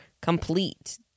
complete